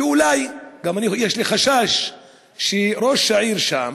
ואולי, יש לי חשש שראש העיר שם